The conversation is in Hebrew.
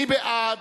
מי בעד?